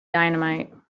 dynamite